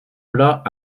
plat